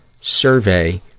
survey